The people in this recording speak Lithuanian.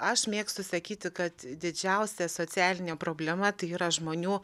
aš mėgstu sakyti kad didžiausia socialinė problema tai yra žmonių